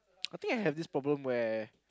I think I have this problem where